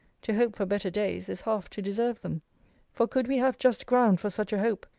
to hope for better days, is half to deserve them for could we have just ground for such a hope,